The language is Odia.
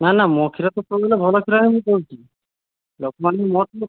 ନା ନା ମୋ କ୍ଷୀର ତ ସବୁବେଳେ ଭଲ କ୍ଷୀର ହିଁ କହୁଛି ଲୋକମାନେ ମୋଠୁ